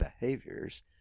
behaviors